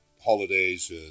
holidays